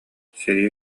сэрии